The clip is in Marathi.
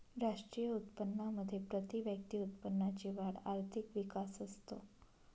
राष्ट्रीय उत्पन्नामध्ये प्रतिव्यक्ती उत्पन्नाची वाढ आर्थिक विकास असतो